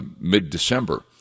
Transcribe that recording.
mid-December